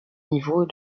niveau